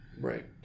right